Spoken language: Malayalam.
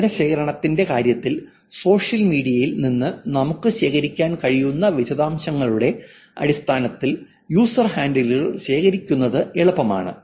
വിവരശേഖരണത്തിന്റെ കാര്യത്തിൽ സോഷ്യൽ മീഡിയയിൽ നിന്ന് നമുക്ക് ശേഖരിക്കാൻ കഴിയുന്ന വിശദാംശങ്ങളുടെ അടിസ്ഥാനത്തിൽ യൂസർ ഹാൻഡിലുകൾ ശേഖരിക്കുന്നത് എളുപ്പമാണ്